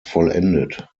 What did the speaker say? vollendet